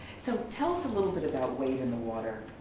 so tell us a little bit about wade in the water.